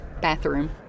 bathroom